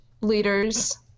leaders